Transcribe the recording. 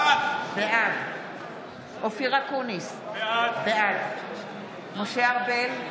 בעד אופיר אקוניס, בעד משה ארבל,